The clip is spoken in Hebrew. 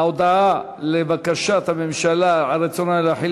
ההודעה על בקשת הממשלה על רצונה להחיל